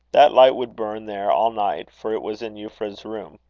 that light would burn there all night, for it was in euphra's room.